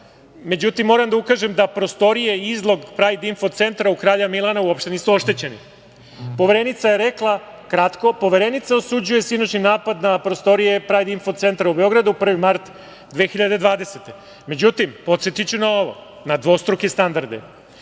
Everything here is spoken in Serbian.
Međutim, moram da ukažem da prostorije i izlog Prajd info centra u Kralja Milana uopšte nisu oštećeni. Poverenica je rekla kratko - Poverenica osuđuje sinoćni napad na prostorije Prajd info centra u Beogradu, 1. mart 2020. godine.Međutim, podsetiću na dvostruke standarde.